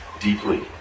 deeply